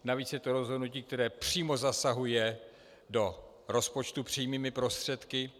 Navíc je to rozhodnutí, které přímo zasahuje do rozpočtu přímým prostředky.